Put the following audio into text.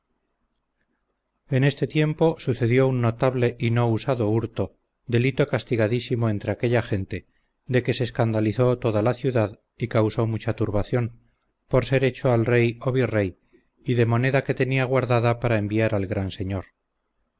en este tiempo sucedió un notable y no usado hurto delito castigadísimo entre aquella gente de que se escandalizó toda la ciudad y causó mucha turbación por ser hecho al rey o virrey y de moneda que tenía guardada para enviar al gran señor